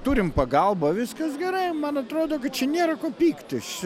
turim pagalbą viskas gerai man atrodo kad čia nėra ko pyktis